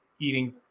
eating